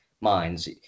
minds